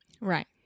Right